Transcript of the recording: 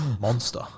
Monster